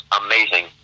amazing